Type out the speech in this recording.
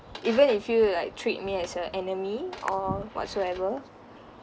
even if you like treat me as a enemy or whatsoever